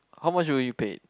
how much were you paid